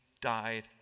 died